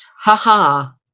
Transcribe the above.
ha-ha